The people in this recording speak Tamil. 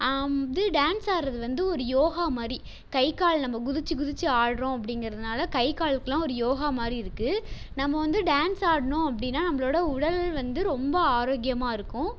இது டான்ஸ் ஆடுகிறது வந்து ஒரு யோகா மாதிரி கை கால் நம்ம குதித்து குதித்து ஆடுகிறோம் அப்படிங்கிறதுனால கை காலுக்கெல்லாம் ஒரு யோகா மாதிரி இருக்குது நம்ம வந்து டான்ஸ் ஆடனும் அப்படின்னா நம்மளோட உடல் வந்து ரொம்ப ஆரோக்கியமாக இருக்கும்